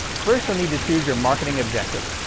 first, you'll need to choose your marketing objective.